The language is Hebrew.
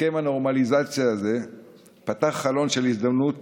הסכם הנורמליזציה הזה פתח חלון של הזדמנות